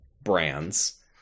brands